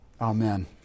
Amen